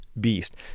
beast